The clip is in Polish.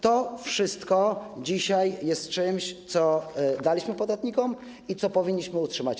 To wszystko dzisiaj jest czymś, co daliśmy podatnikom i co powinniśmy utrzymać.